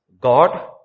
God